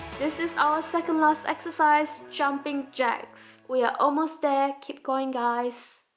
this is our second last exercise jumping jacks. we are almost there keep going guys